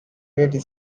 red